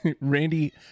Randy